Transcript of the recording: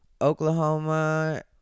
oklahoma